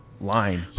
line